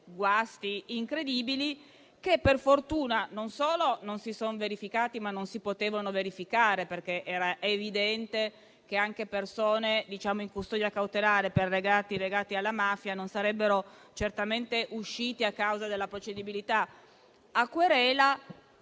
guasti incredibili che, per fortuna, non solo non si son verificati, ma non si potevano verificare, perché era evidente che anche persone in custodia cautelare per reati legati alla mafia non sarebbero certamente uscite a causa della procedibilità a querela.